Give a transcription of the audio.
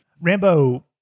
rambo